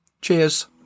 Cheers